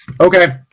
Okay